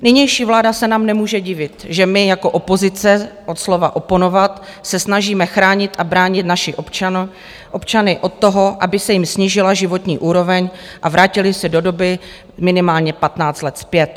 Nynější vláda se nám nemůže divit, že my jako opozice od slova oponovat se snažíme chránit a bránit naše občany od toho, aby se jim snížila životní úroveň a vrátili se do doby minimálně 15 let zpět.